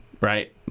right